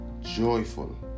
joyful